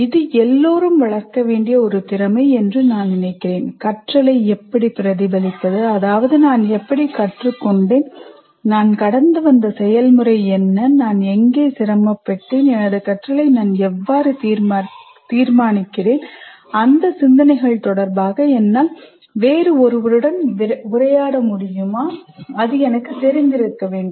இது எல்லோரும் வளர்க்க வேண்டிய ஒரு திறமை என்று நான் நினைக்கிறேன் கற்றலை எப்படி பிரதிபலிப்பது அதாவது நான் எப்படி கற்றுக்கொண்டேன் நான் கடந்து வந்த செயல்முறை என்ன நான் எங்கே சிரமப்பட்டேன் எனது கற்றலை நான் எவ்வாறு தீர்மானிக்கிறேன் அந்த சிந்தனைகள் தொடர்பாக என்னால் வேறு ஒருவருடன் உரையாட எனக்கு தெரிந்திருக்க வேண்டும்